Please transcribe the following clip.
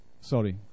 Sorry